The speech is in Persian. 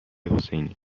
حسینی